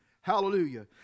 Hallelujah